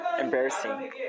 embarrassing